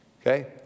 Okay